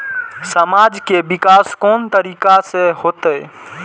समाज के विकास कोन तरीका से होते?